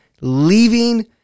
leaving